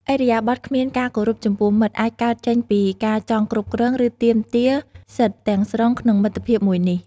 ឥរិយាបថគ្មានការគោរពចំពោះមិត្តអាចកើតចេញពីការចង់គ្រប់គ្រង ឬទាមទារសិទ្ធទាំងស្រុងក្នុងមិត្តភាពមួយនេះ។